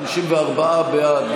54 בעד,